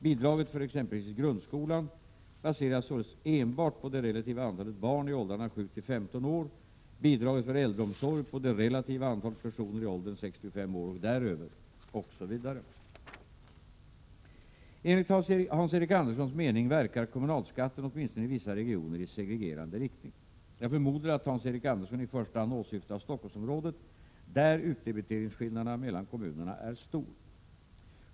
Bidraget för exempelvis grundskolan baseras således enbart på det relativa antalet barn i åldrarna 7-15 år, bidraget för äldreomsorg på det relativa antalet personer i åldern 65 år och däröver, osv. Enligt Hans-Eric Anderssons mening verkar kommunalskatten åtminstone i vissa regioner i segregerande riktning. Jag förmodar att Hans-Eric Andersson i första hand åsyftar Stockholmsområdet, där utdebiteringsskillnaderna mellan kommunerna är stora.